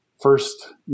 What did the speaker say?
first